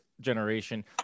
generation